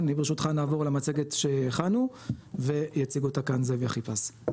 ברשותך נעבור למצגת שהכנו ויציג אותה כאן זאב אחיפז.